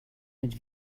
mit